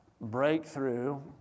breakthrough